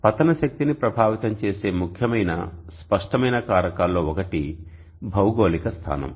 పతన శక్తిని ప్రభావితం చేసే ముఖ్యమైన స్పష్టమైన కారకాల్లో ఒకటి భౌగోళిక స్థానం